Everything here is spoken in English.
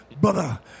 brother